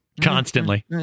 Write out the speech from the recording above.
constantly